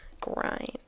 grind